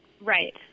Right